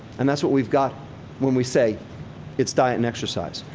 and that's what we've got when we say it's diet and exercise.